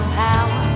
power